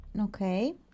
Okay